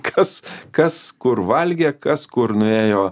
kas kas kur valgė kas kur nuėjo